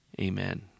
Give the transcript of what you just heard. Amen